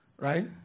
Right